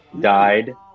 died